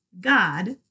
God